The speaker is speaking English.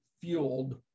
fueled